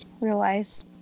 realize